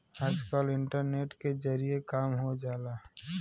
आजकल इन्टरनेट के जरिए काम हो जाला